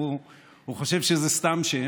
הוא חושב שזה סתם שם.